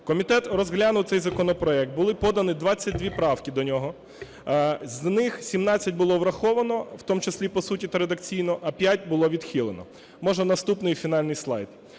Комітет розглянув цей законопроект, були подані 22 правки до нього. З них 17 було враховано, в тому числі по суті та редакційно, а 5 було відхилено. Можна наступний фінальний слайд.